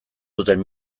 duten